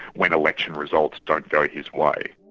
when election results don't go his way.